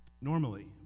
Normally